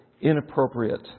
inappropriate